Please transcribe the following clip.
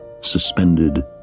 suspended